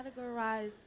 categorize